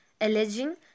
alleging